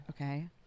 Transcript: Okay